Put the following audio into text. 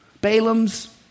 Balaam's